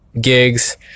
gigs